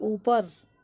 ऊपर